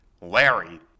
Larry